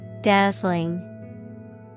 Dazzling